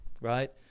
right